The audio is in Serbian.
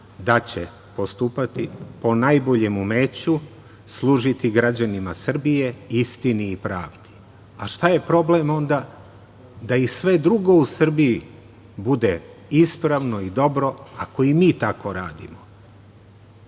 da će postupati po najboljem umeću, služiti građanima Srbije, istini i pravdi. Šta je problem onda da i sve drugo u Srbiji bude ispravno i dobro, ako i mi tako radimo?